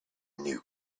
new